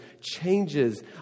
changes